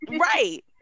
Right